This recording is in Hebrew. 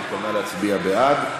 והיא התכוונה להצביע בעד.